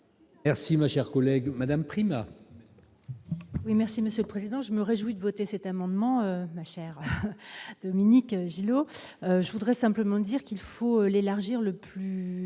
Merci, ma chère collègue, Madame Prima.